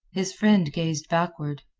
his friend gazed backward.